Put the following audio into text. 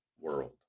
world